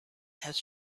has